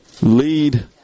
lead